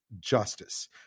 justice